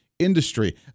industry